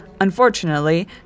Unfortunately